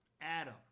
Adam